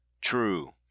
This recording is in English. True